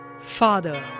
Father